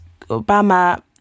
Obama